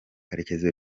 karekezi